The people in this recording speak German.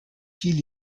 fiel